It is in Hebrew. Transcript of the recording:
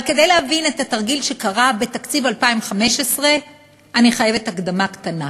אבל כדי להבין את התרגיל שקרה בתקציב 2015 אני חייבת הקדמה קטנה,